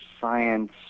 science